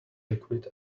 liquid